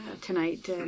tonight